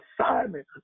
assignment